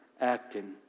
acting